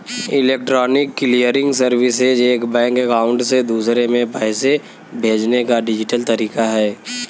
electronic clearing services एक bank account से दूसरे में पैसे भेजने का डिजिटल तरीका है